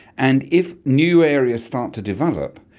and if new areas start to develop,